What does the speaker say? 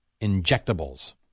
injectables